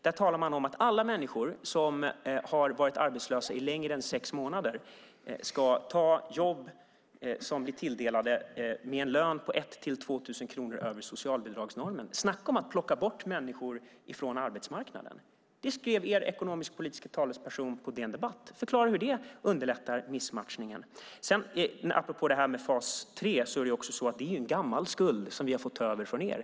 Där talas det om att alla människor som har varit arbetslösa i längre än sex månader ska ta de jobb som de blir tilldelade med en lön på 1 000-2 000 kronor över socialbidragsnormen. Snacka om att plocka bort människor från arbetsmarknaden! Det skrev er ekonomisk-politiske talesperson på DN Debatt. Förklara hur det minskar missmatchningen! Det här med fas 3 handlar om en gammal skuld som vi har fått ta över från er.